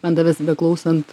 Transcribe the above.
man tavęs beklausant